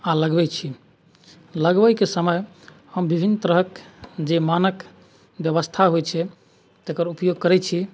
आओर लगबै छी लगबैके समय हम विभिन्न तरहके जे मानक बेबस्था होइ छै तकर उपयोग करै छी